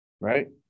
Right